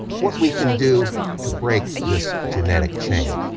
what we can do to break this genetic chain,